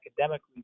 academically